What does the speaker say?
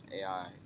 AI